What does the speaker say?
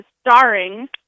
starring